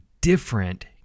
different